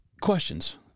questions